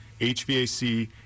HVAC